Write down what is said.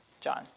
John